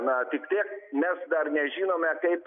na tik tiek mes dar nežinome kaip